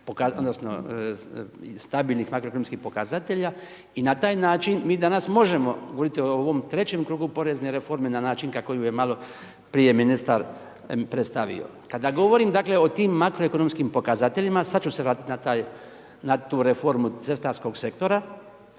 odnosno stabilnih makroekonomskih pokazatelja i na taj način mi danas možemo govorit o ovom trećem krugu porezne reforme na način kako ju je maloprije ministar predstavio. Kada govorim dakle o tim makroekonomskim pokazateljima, sad ću se vratit na tu reformu .../Govornik